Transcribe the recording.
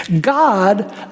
God